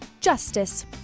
justice